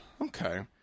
okay